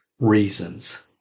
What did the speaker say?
reasons